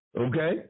Okay